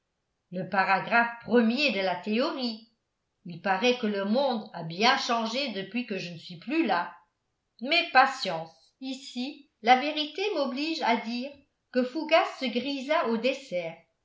le paragraphe premier de la théorie il paraît que le monde a bien changé depuis que je ne suis plus là mais patience ici la vérité m'oblige à dire que fougas se grisa au dessert